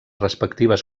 respectives